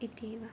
इत्येव